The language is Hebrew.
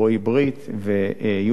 רועי ברית ויוליה,